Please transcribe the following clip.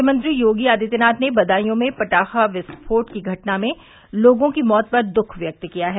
मुख्यमंत्री योगी आदित्यनाथ ने बदायूं में पटाखा विस्फोट की घटना में लोगों की मौत पर दःख व्यक्त किया है